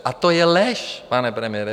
A to je lež, pane premiére.